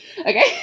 Okay